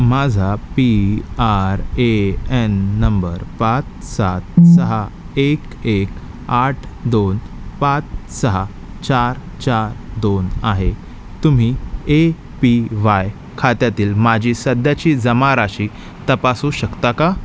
माझा P R A N number पाच सात सहा एक एक आठ दोन पाच सहा चार चार दोन आहे तुम्ही ए पी वाय खात्यातील माझी सध्याची जमा राशी तपासू शकता का